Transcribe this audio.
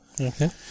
Okay